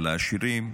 על העשירים,